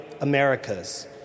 Americas